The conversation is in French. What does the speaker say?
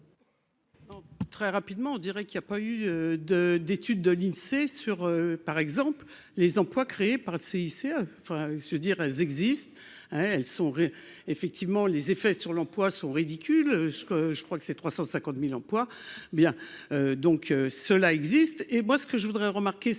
Très rapidement, on dirait qu'il y a pas eu de d'étude de l'Insee sur par exemple les emplois créés par le CICE, enfin je veux dire, elles existent, elles sont effectivement les effets sur l'emploi sont ridicules, ce que je crois que c'est 350000 emplois bien donc cela existe et moi ce que je voudrais remarquer c'est